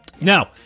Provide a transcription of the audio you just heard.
Now